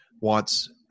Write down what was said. wants